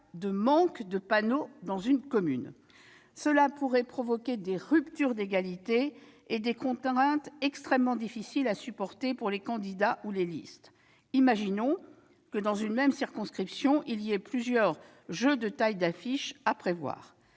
de manque de panneaux dans une commune. Cela pourrait provoquer des ruptures d'égalité et des contraintes extrêmement difficiles à supporter pour les candidats ou les listes : imaginons que, dans une même circonscription, il y ait plusieurs jeux de tailles d'affiches à prévoir.